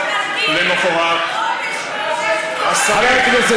אנחנו גם קידמנו בתקופה הזאת את נושא אזורי התעשייה,